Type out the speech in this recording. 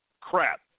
Crap